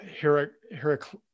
Heraclitus